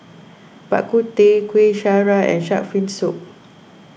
Bak Kut Teh Kuih Syara and Shark's Fin Soup